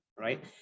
right